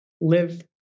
live